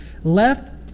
left